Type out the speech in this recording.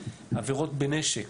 עבירות בנשק,